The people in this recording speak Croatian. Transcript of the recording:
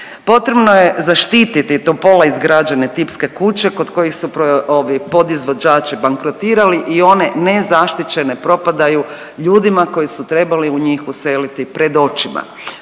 Potrebno je zaštititi do pola izgrađene tipske kuće kod kojih su podizvođači bankrotirali i one ne zaštićene propadaju ljudima koji su trebali u njih useliti pred očima.